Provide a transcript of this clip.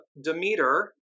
Demeter